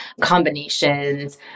combinations